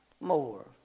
more